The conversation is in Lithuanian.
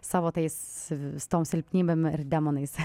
savo tais su tom silpnybėm ir demonais